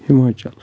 Himachal